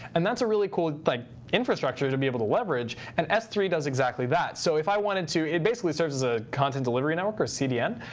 and that's a really cool like infrastructure to be able to leverage. and s three does exactly that. so if i wanted to it basically serves as a content delivery network or cdn.